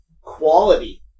quality